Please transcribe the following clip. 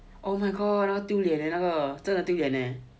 oh my god 丢脸的那个真的丢脸